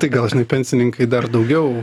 tai gal žinai pensininkai dar daugiau